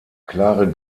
klare